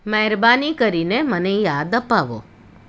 મહેરબાની કરીને મને યાદ અપાવો